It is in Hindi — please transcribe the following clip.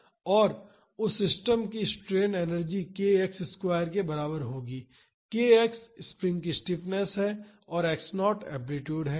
और उस सिस्टम की strain energy half k x square के बराबर होगी kx स्प्रिंग की स्टिफनेस है और x0 एम्पलीटूड है